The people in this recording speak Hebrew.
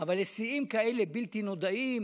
אבל שיאים כאלה, בלתי נודעים,